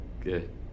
Good